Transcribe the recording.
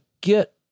get